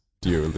dear